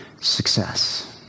success